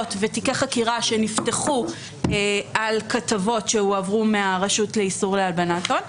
ותיקי חקירה שנפתחו על כתבות שהועברו מהרשות לאיסור הלבנת הון.